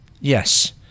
Yes